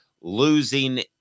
losing